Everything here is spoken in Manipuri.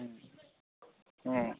ꯎꯝ ꯎꯝ